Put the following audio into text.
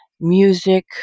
music